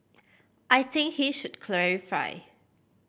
I think he should clarify